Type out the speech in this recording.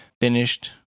finished